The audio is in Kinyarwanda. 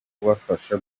kubafasha